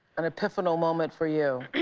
an epiphanal moment for you?